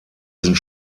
sind